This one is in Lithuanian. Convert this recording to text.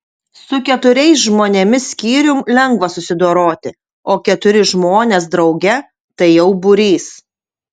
su keturiais žmonėmis skyrium lengva susidoroti o keturi žmonės drauge tai jau būrys